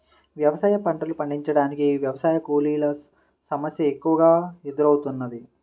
వ్యవసాయ పంటలు పండించటానికి వ్యవసాయ కూలీల సమస్య ఎక్కువగా ఎదురౌతున్నది